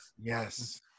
Yes